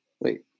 wait